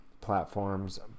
platforms